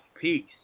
Peace